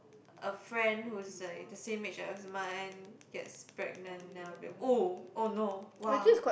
a friend who's like the same age as mine gets pregnant then I'll be oh oh no !wah!